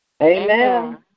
Amen